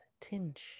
tinge